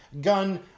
gun